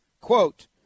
quote